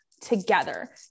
together